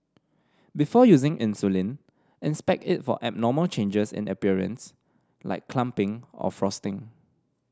before using insulin inspect it for abnormal changes in appearance like clumping or frosting